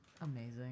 Amazing